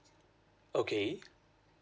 okay